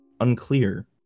unclear